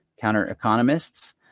counter-economists